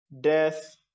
death